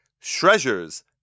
Treasures